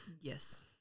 yes